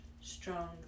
strong